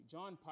John